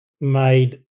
made